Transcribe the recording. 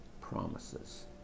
promises